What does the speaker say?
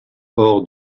hors